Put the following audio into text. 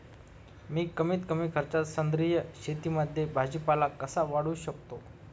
मी कमीत कमी खर्चात सेंद्रिय शेतीमध्ये भाजीपाला कसा वाढवू शकतो?